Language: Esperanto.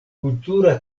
kultura